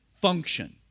function